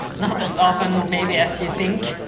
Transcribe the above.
not as often maybe as you think,